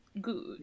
Good